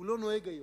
לא נוהג היום.